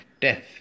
death